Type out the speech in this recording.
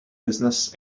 business